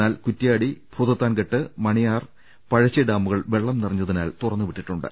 എന്നാൽ കുറ്റ്യാടി ഭൂത ത്താൻകെട്ട് മണിയാർ പഴശ്ശി ഡാമുകൾ വെള്ളം നിറഞ്ഞ തിനാൽ തുറന്നുവിട്ടിട്ടുണ്ട്